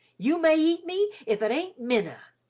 you may eat me, if it aint minna,